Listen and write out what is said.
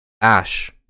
Ash